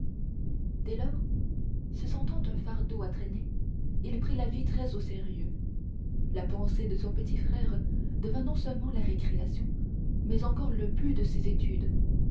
dès lors se sentant un fardeau à traîner il prit la vie très au sérieux la pensée de son petit frère devint non seulement la récréation mais encore le but de ses études